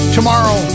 Tomorrow